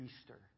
Easter